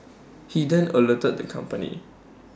he then alerted the company